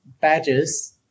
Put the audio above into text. badges